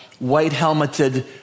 white-helmeted